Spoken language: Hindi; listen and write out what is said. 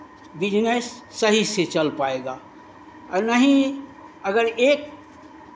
बिज़नेस सही से चल पाएगा आ नहीं अगर एक